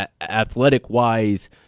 athletic-wise